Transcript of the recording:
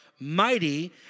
Mighty